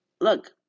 look